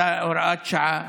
הוראת שעה.